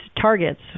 targets